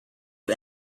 you